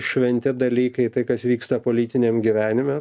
šventi dalykai tai kas vyksta politiniam gyvenime